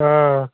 آ